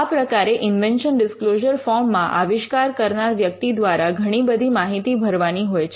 આ પ્રકારે invention disclosure form માં આવિષ્કાર કરનાર વ્યક્તિ દ્વારા ઘણી બધી માહિતી ભરવાની હોય છે